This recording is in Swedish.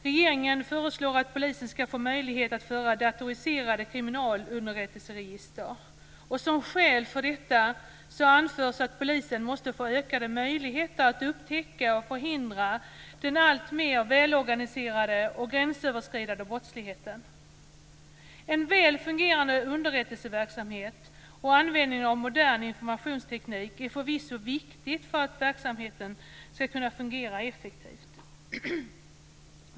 Regeringen föreslår att polisen skall få möjlighet att föra datoriserade kriminalunderrättelseregister. Som skäl för detta anförs att polisen måste få ökade möjligheter att upptäcka och förhindra den alltmer välorganiserade och gränsöverskridande brottsligheten. En väl fungerande underrättelseverksamhet och användningen av modern informationsteknik är förvisso viktigt för att verksamheten skall kunna fungera effektivt.